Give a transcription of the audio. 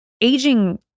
aging